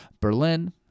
Berlin